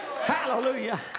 Hallelujah